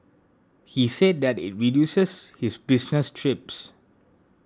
he said that it reduces his business trips